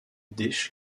dish